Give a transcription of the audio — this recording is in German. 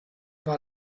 war